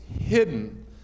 hidden